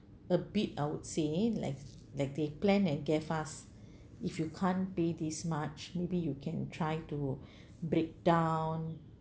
a bit I would say like like they plan and gave us if you can't pay this much maybe you can try to break down